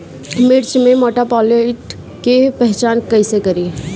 मिर्च मे माईटब्लाइट के पहचान कैसे करे?